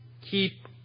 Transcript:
keep